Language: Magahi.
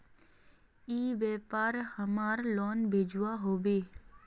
ई व्यापार हमार लोन भेजुआ हभे?